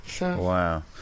Wow